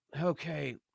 Okay